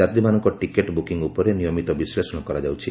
ଯାତ୍ରୀମାନଙ୍କ ticket booking ଉପରେ ନିୟମିତ ବିଶ୍ଳେଷଣ କରାଯାଉଛି